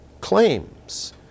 claims